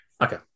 Okay